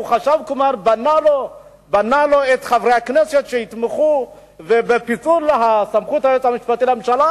הוא כבר בנה לו את חברי הכנסת שיתמכו בפיצול סמכות היועץ המשפטי לממשלה.